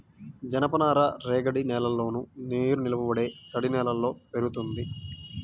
జనపనార రేగడి నేలల్లోను, నీరునిలబడే తడినేలల్లో పెరుగుతుంది